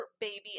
baby